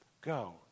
go